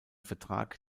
vertrag